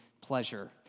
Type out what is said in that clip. pleasure